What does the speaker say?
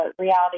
reality